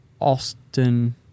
Austin